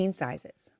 sizes